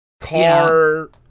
car